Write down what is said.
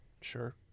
Sure